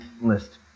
list